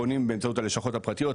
פונים באמצעות הלשכות הפרטיות,